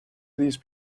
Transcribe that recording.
these